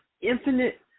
infinite